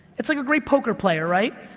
it's like a great poker player, right?